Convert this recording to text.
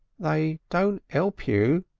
they don't elp you,